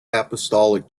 apostolic